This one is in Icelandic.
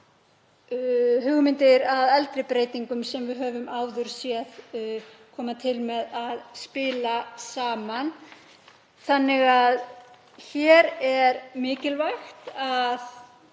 hugmyndir að eldri breytingum sem við höfum áður séð, komi til með að spila saman. Það er mikilvægt að